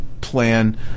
plan